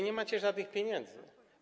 Nie macie żadnych pieniędzy.